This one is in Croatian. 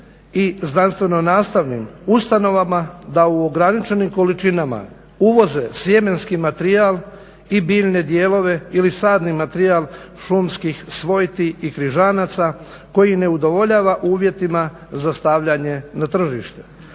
i znanstveno-nastavnim ustanovama da u ograničenim količinama uvoze sjemenski materijal i biljne dijelove ili sadni materijal šumskih svojti i križanaca koji ne udovoljava uvjetima za stavljanje na tržište.